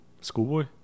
Schoolboy